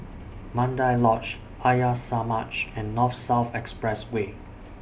Mandai Lodge Arya Samaj and North South Expressway